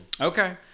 Okay